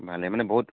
ভালে মানে বহুত